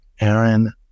Aaron